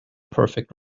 perfect